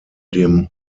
dem